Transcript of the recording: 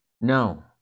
no